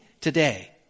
today